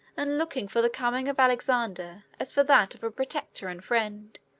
and looking for the coming of alexander as for that of a protector and friend,